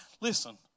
Listen